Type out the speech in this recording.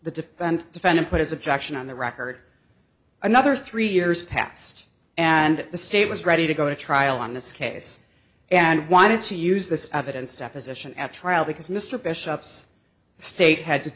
the defend defendant put his objection on the record another three years passed and the state was ready to go to trial on this case and wanted to use this evidence deposition at trial because mr bishop's state ha